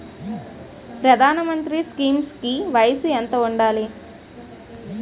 ప్రధాన మంత్రి స్కీమ్స్ కి వయసు ఎంత ఉండాలి?